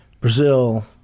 Brazil